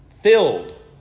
filled